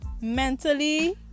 mentally